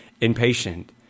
impatient